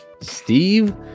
Steve